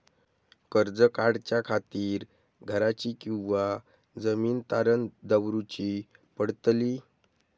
कर्ज काढच्या खातीर घराची किंवा जमीन तारण दवरूची पडतली?